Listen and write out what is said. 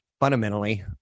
Fundamentally